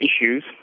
issues